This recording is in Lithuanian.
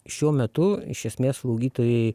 šiuo metu iš esmės slaugytojai